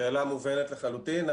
שאלה מובנת לחלוטין.